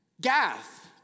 Gath